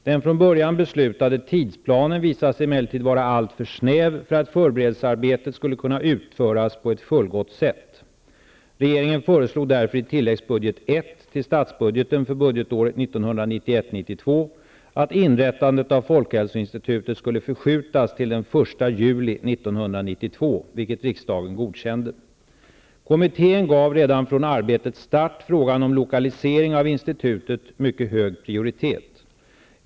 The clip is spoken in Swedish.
Den från början beslutade tidsplanen visade sig emellertid vara alltför snäv för att förberedelsearbetet skulle kunna utföras på ett fullgott sätt. Regeringen föreslog därför i tilläggsbudget I till statsbudgeten för budgetåret Kommittén gav redan från arbetets start frågan om lokalisering av institutet mycket hög prioritet.